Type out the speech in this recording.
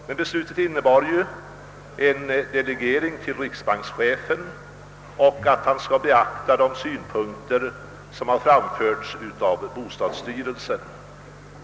Men beslutet innebar som sagt en delegering till riksbankschefen, som också skall beakta de synpunkter som framförts av bostadsstyrelsen.